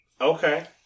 okay